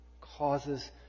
causes